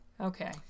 Okay